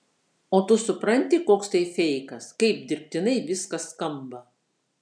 o tu supranti koks tai feikas kaip dirbtinai viskas skamba